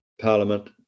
Parliament